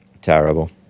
terrible